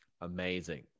Amazing